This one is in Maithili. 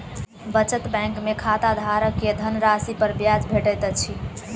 बचत बैंक में खाताधारक के धनराशि पर ब्याज भेटैत अछि